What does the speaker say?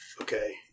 Okay